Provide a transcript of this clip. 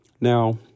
Now